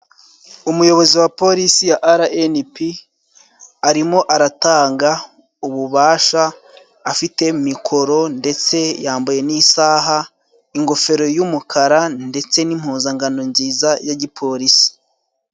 Umuyobozi wa polisi ya arayenipi, arimo aratanga ububasha, afite mikoro ndetse yambaye n'isaha, ingofero y'umukara ndetse n'impuzangano nziza ya gipolisi.